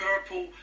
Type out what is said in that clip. Purple